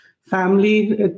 family